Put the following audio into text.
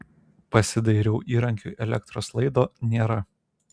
pasidairiau įrankiui elektros laido nėra